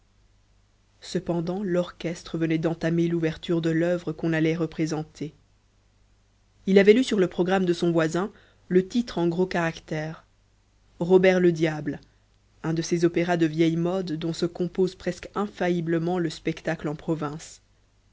cependant l'orchestre venait d'entamer l'ouverture de l'oeuvre qu'on allait représenter il avait lu sur le programme de son voisin le titre en gros caractère robert le diable un de ces opéras de vieille mode dont se compose presque infailliblement le spectacle en province